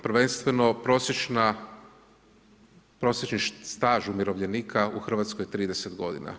Prvenstveno prosječni staž umirovljenika u Hrvatskoj je 30 godina.